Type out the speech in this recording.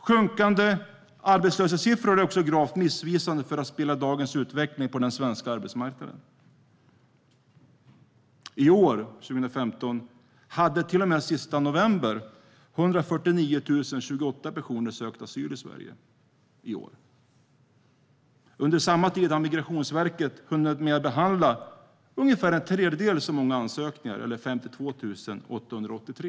Sjunkande arbetslöshetssiffror är också gravt missvisande för att spegla dagens utveckling på den svenska arbetsmarknaden. I år 2015, till och med den 30 november, hade 149 028 personer sökt asyl i Sverige. Under samma tid har Migrationsverket hunnit med att behandla ungefär en tredjedel så många ansökningar - 52 883.